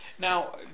Now